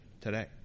today